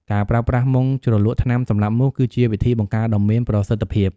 ការប្រើប្រាស់មុងជ្រលក់ថ្នាំសម្លាប់មូស គឺជាវិធីបង្ការដ៏មានប្រសិទ្ធភាព។